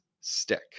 stick